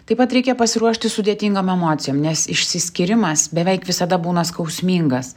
taip pat reikia pasiruošti sudėtingom emocijom nes išsiskyrimas beveik visada būna skausmingas